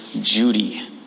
Judy